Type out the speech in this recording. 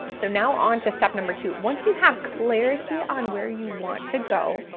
so now onto step number two. once you have clarity on where you want to go,